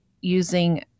using